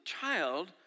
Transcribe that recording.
child